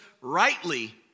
rightly